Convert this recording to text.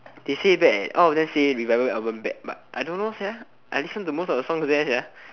they say bad leh oh all of them say revival album bad but I don't know sia I listen to most of the songs there sia